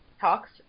talks